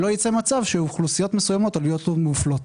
לא ייווצר מצב שאוכלוסיות מסוימות עלולות להיות מופלות.